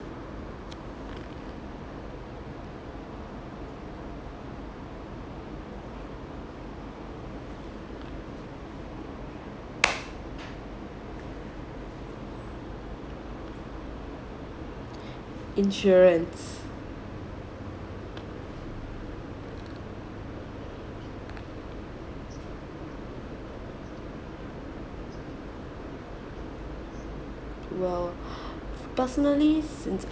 insurance well personally s~